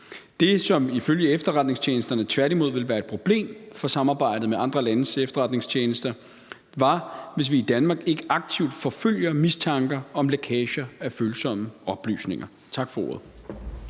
Det, som ifølge efterretningstjenesterne tværtimod ville være et problem for samarbejdet med andre landes efterretningstjenester, er, hvis vi i Danmark ikke aktivt forfølger mistanker om lækager af følsomme oplysninger. Tak for ordet.